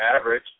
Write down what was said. Average